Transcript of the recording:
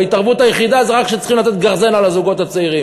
ההתערבות היחידה זה רק כשצריכים לתת גרזן על הזוגות הצעירים,